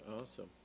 Awesome